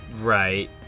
Right